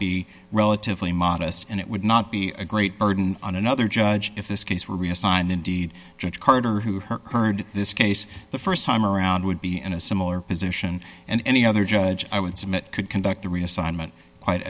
be relatively modest and it would not be a great burden on another judge if this case were reassigned indeed judge carter who heard this case the st time around would be in a similar position and any other judge i would submit could conduct the reassignment quite